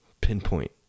pinpoint